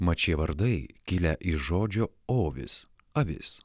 mat šie vardai kilę iš žodžio ovis avis